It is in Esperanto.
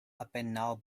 apenaŭ